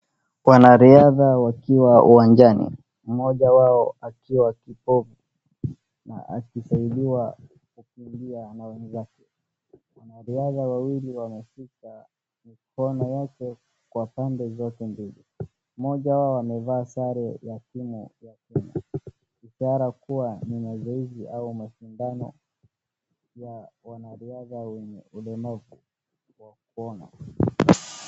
Wanarianda wakiwa uwanjani , mmoja wao akiwa kipofu na akisaidiwa kukimbia na wenzake .Wanariadha wawili wamemshika mkono kwa pande zote mbili hawa wamevaa sare ishara kuwa ni mazoezi au mashindano ya wanriadha wenye ulemavu.